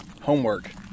homework